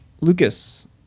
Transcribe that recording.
Lucas